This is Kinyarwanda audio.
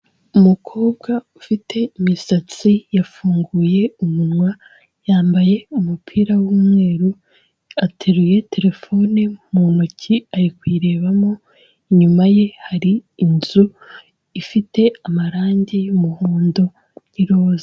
Umukobwa ufite imisatsi yafunguye umunwa, yambaye umupira w'umweru, ateruye terefone mu ntoki ari kuyirebamo, inyuma ye hari inzu ifite amarange y'umuhondo n'iroza.